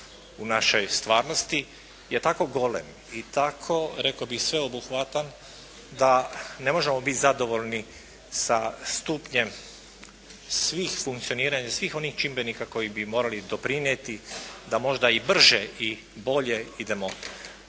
u naše stvarnosti je tako golem i tako rekao bih sveobuhvatan da ne možemo biti zadovoljni sa stupnjem svih funkcioniranja svih onih čimbenika koji bi morali doprinijeti da možda i brže i bolje idemo